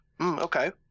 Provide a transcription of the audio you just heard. Okay